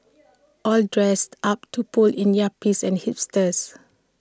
all dressed up to pull in yuppies and hipsters